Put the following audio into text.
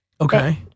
Okay